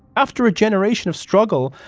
after a generation of struggle,